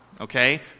Okay